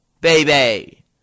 baby